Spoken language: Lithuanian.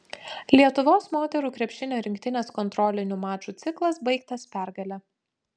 lietuvos moterų krepšinio rinktinės kontrolinių mačų ciklas baigtas pergale